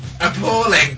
appalling